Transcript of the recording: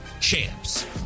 Champs